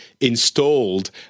installed